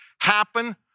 happen